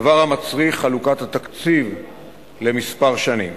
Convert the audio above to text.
דבר המצריך חלוקת התקציב לכמה שנים.